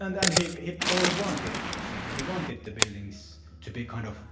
and and he he probably wanted those, he but he wanted the buildings to be kind of,